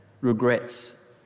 regrets